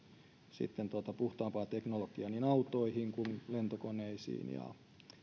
sitten puhtaampaa teknologiaa niin autoihin kuin lentokoneisiin ja